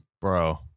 Bro